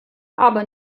aber